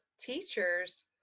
teachers